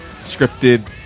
scripted